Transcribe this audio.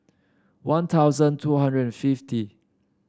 One Thousand two hundred and fifty